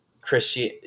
Christian